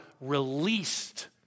released